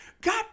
God